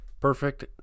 perfect